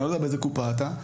אני לא יודע באיזה קופה אחת,